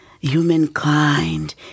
Humankind